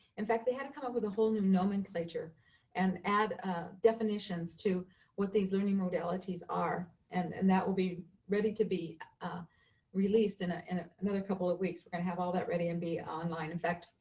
in fact, they had to come up with a whole new nomenclature and add definitions to what these learning modalities are. and and that will be ready to be ah released in ah in ah another couple of weeks. we're going to and have all that ready and be online. in fact,